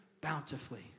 bountifully